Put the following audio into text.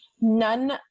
none